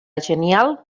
genial